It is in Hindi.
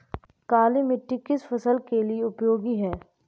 काली मिट्टी किस फसल के लिए उपयोगी होती है?